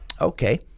Okay